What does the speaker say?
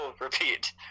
repeat